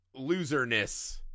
loserness